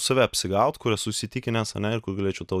save apsigaut kur esu įsitikinęs ane ir kur galėčiau tau